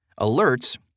Alerts